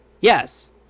Yes